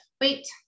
wait